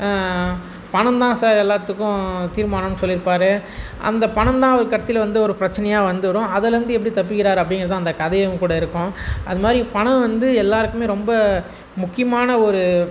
பணம் தான் சார் எல்லாத்துக்கும் தீர்மானம்னு சொல்லியிருப்பாரு அந்த பணம் தான் அவருக்கு கடைசியில் வந்து ஒரு பிரச்சனையாக வந்துடும் அதுலருந்து எப்படி தப்பிக்கிறார் அப்படிங்கிறது தான் அந்த கதையாகவும் கூட இருக்கும் அது மாதிரி பணம் வந்து எல்லோருக்குமே ரொம்ப முக்கியமான ஒரு